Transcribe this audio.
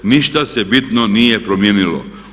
Ništa se bitno nije promijenilo.